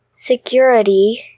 Security